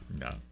No